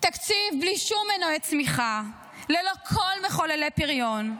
תקציב בלי שום מנועי צמיחה, ללא כל מחוללי פריון,